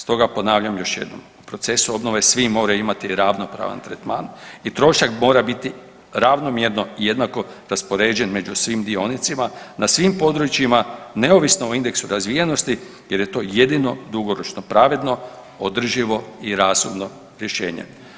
Stoga ponavljam još jednom, u procesu obnove svi moraju imati ravnopravna tretman i trošak mora biti ravnomjerno i jednako raspoređen među svim dionicima na svim područjima neovisno o indeksu razvijenosti jer je to jedino dugoročno pravedno održivo i razumno rješenje.